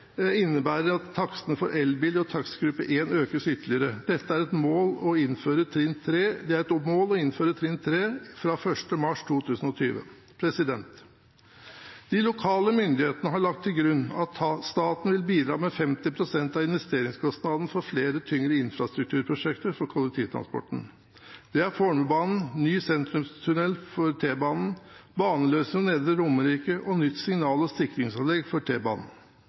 innebærer at takstene for elbiler i takstgruppe 1 økes ytterligere. Det er et mål å innføre trinn 3 fra 1. mars 2020. De lokale myndighetene har lagt til grunn at staten vil bidra med 50 pst. av investeringskostnadene for flere tyngre infrastrukturprosjekter for kollektivtransporten. Det er Fornebubanen, ny sentrumstunnel for T-banen, baneløsning for Nedre Romerike og nytt signal- og sikringsanlegg for